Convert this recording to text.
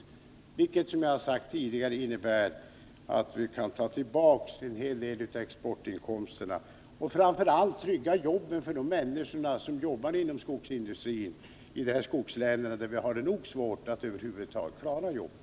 Det innebär, som jag tidigare sagt, att vi kan ta tillbaka en hel del av exportinkomsterna och framför allt trygga jobben för de människor som jobbar inom skogsindustrin i skogslänen, där vi har det svårt nog att över huvud taget klara jobben.